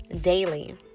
daily